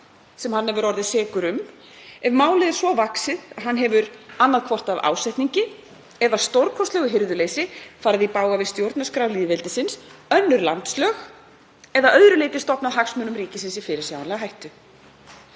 sem hann hefur orðið sekur um ef málið er svo vaxið að hann hefur annaðhvort af ásetningi eða stórkostlegu hirðuleysi farið í bága við stjórnarskrá lýðveldisins, önnur landslög eða að öðru leyti stofnað hagsmunum ríkisins í fyrirsjáanlega hættu.